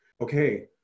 okay